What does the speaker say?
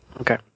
Okay